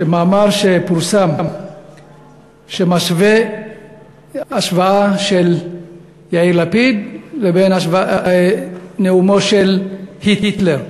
מאמר שפורסם שמשווה בין יאיר לפיד לבין נאומו של היטלר.